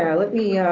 yeah let me,